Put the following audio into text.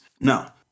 Now